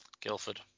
Guildford